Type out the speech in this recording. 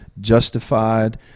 justified